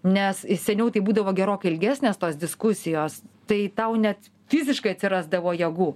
nes seniau tai būdavo gerokai ilgesnės tos diskusijos tai tau net fiziškai atsirasdavo jėgų